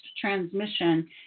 transmission